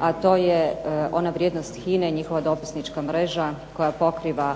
a to je ona vrijednost HINA-e i njihova dopisnička mreža koja pokriva